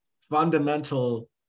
fundamental